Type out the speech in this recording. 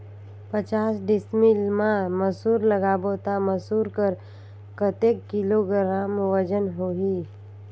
पचास डिसमिल मा मसुर लगाबो ता मसुर कर कतेक किलोग्राम वजन होही?